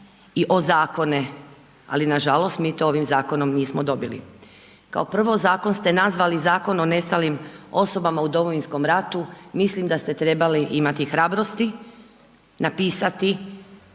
i ozakone, ali nažalost mi to ovim zakonom nismo dobili. Kao prvo zakon ste nazvali Zakon o nestalim osobama u Domovinskom ratu, mislim da ste trebali imati hrabrosti napisati